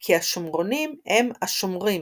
כי השומרונים הם ה"שומרים",